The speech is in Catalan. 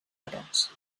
hores